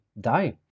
die